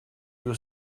you